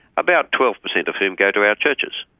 about twelve per cent of whom go to our churches.